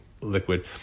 liquid